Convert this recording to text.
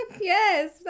Yes